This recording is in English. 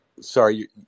sorry